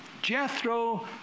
jethro